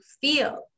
feel